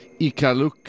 Ikaluk